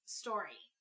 story